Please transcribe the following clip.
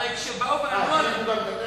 הרי כשבאו ואמרו, אה, החריגו גם את הטכניון.